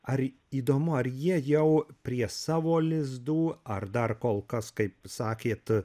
ar įdomu ar jie jau prie savo lizdų ar dar kol kas kaip sakėt